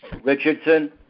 Richardson